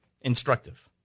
instructive